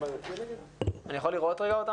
מה ההחלטה?